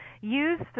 use